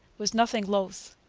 was nothing loth.